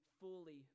fully